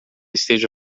esteja